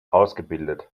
ausgebildet